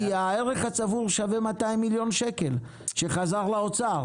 כי הערך הצבור שווה 200 מיליון שקלים והוא חזר לאוצר.